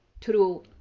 true